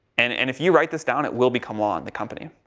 and, and if you write this down it will become law in the company.